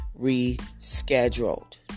rescheduled